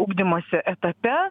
ugdymosi etape